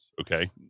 okay